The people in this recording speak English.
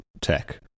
tech